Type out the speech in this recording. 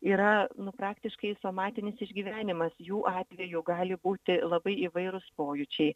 yra nu praktiškai somatinis išgyvenimas jų atveju gali būti labai įvairūs pojūčiai